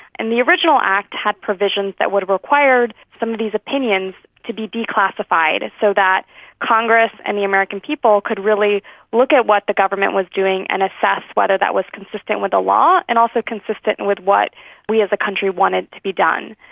and the original act had provisions that would have required some of these opinions to be declassified so that congress and the american people could really look at what the government was doing and assess whether that was consistent with the law and also consistent and with what we as a country wanted to be done.